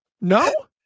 No